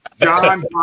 John